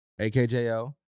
AKJO